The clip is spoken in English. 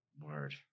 Word